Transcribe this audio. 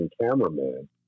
cameraman